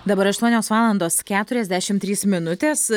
dabar aštuonios valandos keturiasdešimt trys minutės